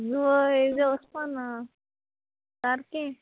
होय हेजे वसपा ना सारकें